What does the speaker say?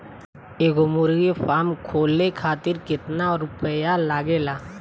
एगो मुर्गी फाम खोले खातिर केतना रुपया लागेला?